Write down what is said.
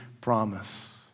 promise